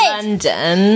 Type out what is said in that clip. London